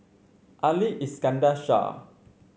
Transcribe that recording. Ali Iskandar Shah